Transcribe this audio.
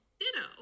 ditto